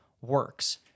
works